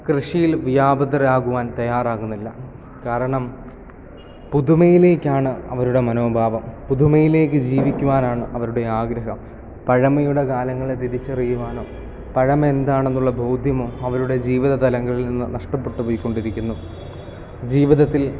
കൃഷിയിൽ വ്യാപൃതരാകുവാൻ തയ്യാറാകുന്നില്ല കാരണം പുതുമയിലേക്കാണ് അവരുടെ മനോഭാവം പുതുമയിലേക്ക് ജീവിക്കുവാനാണ് അവരുടെ ആഗ്രഹം പഴമയുടെ കാലങ്ങളെ തിരിച്ചറിയുവാനും പഴമ എന്താണെന്നുള്ള ബോധ്യം അവരുടെ ജീവിത തലങ്ങളിൽ നിന്ന് നഷ്ടപ്പെട്ടു പോയി കൊണ്ടിരിക്കുന്നു ജീവിതത്തിൽ